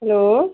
hello